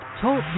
Talk